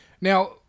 Now